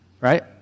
right